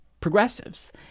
progressives